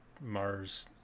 Mars